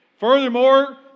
Furthermore